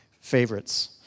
favorites